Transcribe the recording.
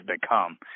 become